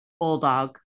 Bulldog